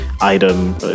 item